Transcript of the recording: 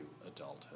adulthood